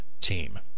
team